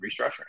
restructuring